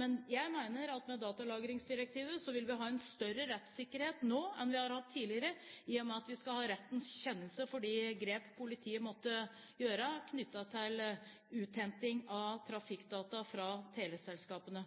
Men jeg mener at med datalagringsdirektivet vil vi ha en større rettssikkerhet nå enn vi har hatt tidligere, i og med at man skal ha rettens kjennelse for de grep politiet måtte gjøre knyttet til uthenting av trafikkdata fra teleselskapene.